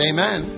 Amen